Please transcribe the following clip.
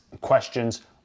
questions